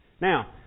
Now